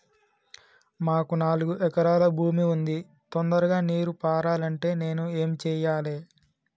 మాకు నాలుగు ఎకరాల భూమి ఉంది, తొందరగా నీరు పారాలంటే నేను ఏం చెయ్యాలే?